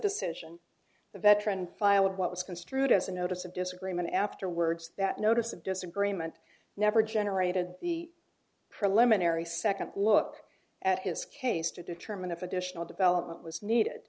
decision the veteran and file of what was construed as a notice of disagreement afterwards that notice of disagreement never generated the preliminary second look at his case to determine if additional development was needed